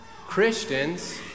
Christians